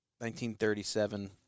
1937